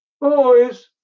Boys